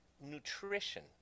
nutrition